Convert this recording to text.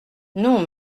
non